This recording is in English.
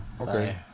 Okay